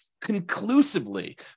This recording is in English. conclusively